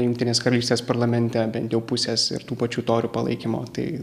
jungtinės karalystės parlamente bent jau pusės ir tų pačių torių palaikymo tai